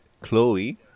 Chloe